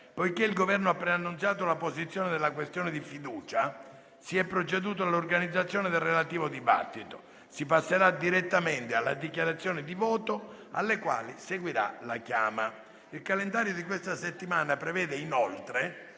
Il calendario di questa settimana prevede, inoltre,